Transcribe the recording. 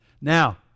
Now